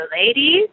ladies